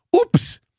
Oops